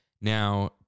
Now